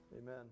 amen